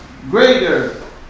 greater